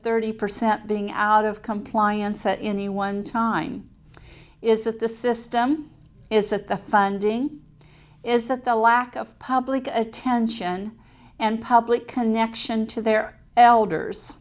thirty percent being out of compliance that in the one time is that the system is that the funding is that the lack of public attention and public connection to their elders